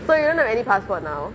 so you don't have any passport now